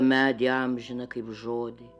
medį amžiną kaip žodį